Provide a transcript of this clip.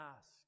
ask